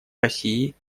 россией